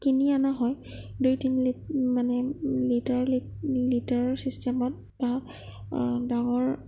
কিনি অনা হয় দুই তিনি লিট মানে লিটাৰৰ লিটাৰৰ চিষ্টেমত বা ডাঙৰ